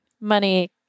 money